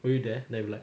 were you there